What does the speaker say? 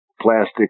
plastic